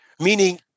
Meaning